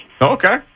Okay